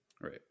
Right